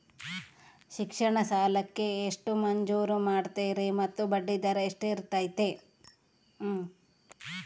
ಶಿಕ್ಷಣ ಸಾಲಕ್ಕೆ ಎಷ್ಟು ಮಂಜೂರು ಮಾಡ್ತೇರಿ ಮತ್ತು ಬಡ್ಡಿದರ ಎಷ್ಟಿರ್ತೈತೆ?